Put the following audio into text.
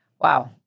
Wow